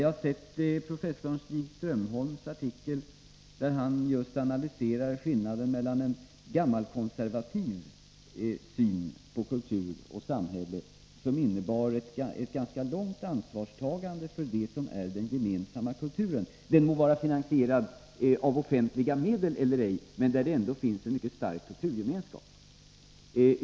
Jag har sett professor Stig Strömholms artikel, där han analyserar den gammalkonservativa synen på kultur och samhälle, som innebär ett ganska långtgående ansvarstagande för det som utgör den gemensamma kulturen — den må vara finansierad av offentliga medel eller ej, men där finns det ändå en mycket stark kulturgemenskap.